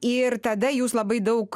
ir tada jūs labai daug